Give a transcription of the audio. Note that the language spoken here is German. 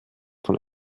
von